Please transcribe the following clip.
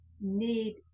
need